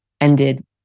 ended